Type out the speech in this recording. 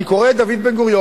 אני קורא את דוד בן-גוריון,